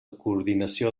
coordinació